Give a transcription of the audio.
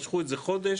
משכו את זה חודש,